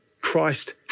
Christ